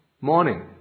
morning